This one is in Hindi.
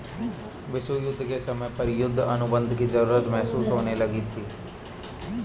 विश्व युद्ध के समय पर युद्ध अनुबंध की जरूरत महसूस होने लगी थी